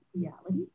reality